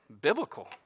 biblical